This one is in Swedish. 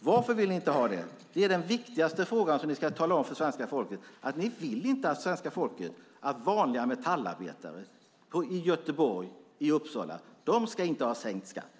Varför vill ni inte ha det? Det är den viktigaste frågan för svenska folket att få svar på, nämligen varför ni inte vill att svenska folket, vanliga metallarbetare i Göteborg och Uppsala, ska ha sänkt skatt.